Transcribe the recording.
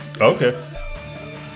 Okay